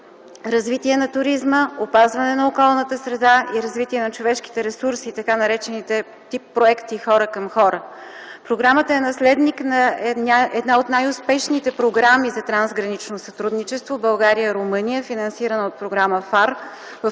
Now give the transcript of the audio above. развитие на туризма, опазване на околната среда и развитие на човешките ресурси, т.нар. тип проекти „хора към хора”. Програмата е наследник на една от най-успешните програми за трансгранично сътрудничество България – Румъния, финансирана от програма ФАР